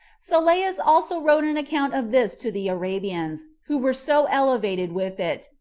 sylleus also wrote an account of this to the arabians, who were so elevated with it,